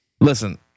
listen